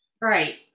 Right